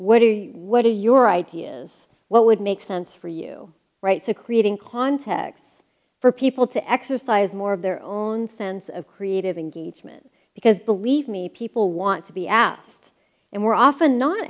you what are your ideas what would make sense for you right to creating contexts for people to exercise more of their own sense of creative engagement because believe me people want to be asked and we're often not